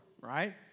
right